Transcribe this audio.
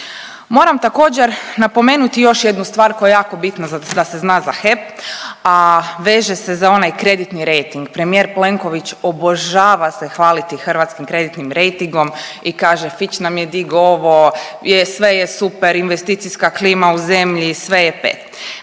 Moram također napomenuti još jednu stvar koja je jako bitna da se zna za HEP, a veže se za onaj kreditni rejting. Premijer Plenković obožava se hvaliti hrvatskim kreditnim rejtingom i kaže FICH nam je digao ovo, … je super, investicijska klima u zemlji sve je pet.